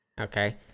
okay